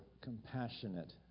compassionate